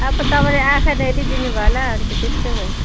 अब तपाईँले आँखा नहेरी दिनुभयो होला अन्त त्यस्तै भयो